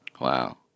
Wow